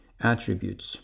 attributes